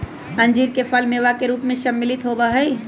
अंजीर के फल मेवा के रूप में सम्मिलित होबा हई